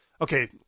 okay